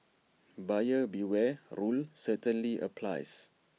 buyer beware rule certainly applies